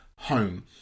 home